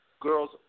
girls